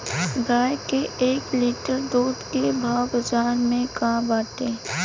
गाय के एक लीटर दूध के भाव बाजार में का बाटे?